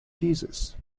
jesus